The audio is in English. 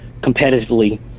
competitively